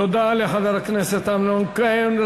תודה לחבר הכנסת אמנון כהן.